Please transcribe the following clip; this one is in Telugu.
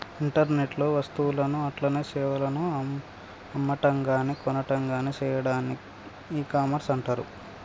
ఇంటర్నెట్ లో వస్తువులను అట్లనే సేవలను అమ్మటంగాని కొనటంగాని సెయ్యాడాన్ని ఇకామర్స్ అంటర్